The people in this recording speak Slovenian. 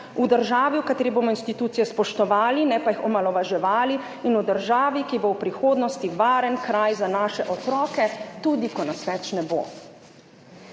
v državi, v kateri bomo institucije spoštovali, ne pa jih omalovaževali, in v državi, ki bo v prihodnosti varen kraj za naše otroke, tudi ko nas več ne bo.